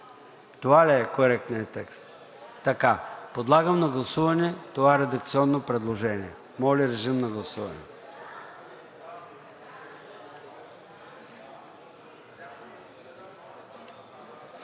Това ли е коректният текст? Така. Подлагам на гласуване това редакционно предложение. Гласували